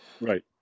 Right